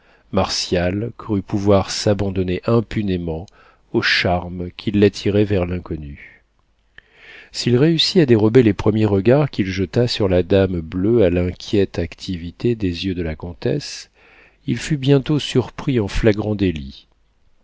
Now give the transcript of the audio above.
crut pouvoir s'abandonner impunément au charme qui l'attirait vers l'inconnue s'il réussit à dérober les premiers regards qu'il jeta sur la dame bleue à l'inquiète activité des yeux de la comtesse il fut bientôt surpris en flagrant délit